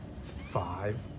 five